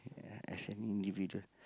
ya as an individual